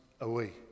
away